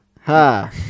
Ha